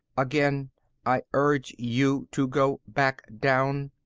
again i urge you to go back down.